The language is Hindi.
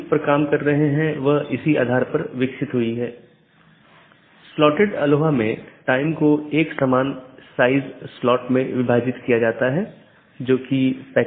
इस प्रकार हमारे पास आंतरिक पड़ोसी या IBGP है जो ऑटॉनमस सिस्टमों के भीतर BGP सपीकरों की एक जोड़ी है और दूसरा हमारे पास बाहरी पड़ोसीयों या EBGP कि एक जोड़ी है